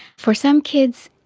for some kids,